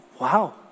Wow